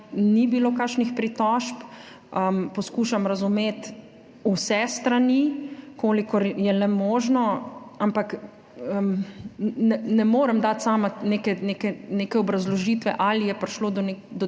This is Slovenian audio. ni bilo kakšnih pritožb. Poskušam razumeti vse strani, kolikor je le možno, ampak ne morem dati sama neke obrazložitve, ali je prišlo do